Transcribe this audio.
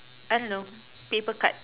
I don't know paper cut